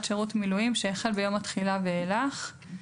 שירות מילואים שהחל ביום התחילה ואילך".